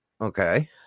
Okay